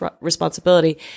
responsibility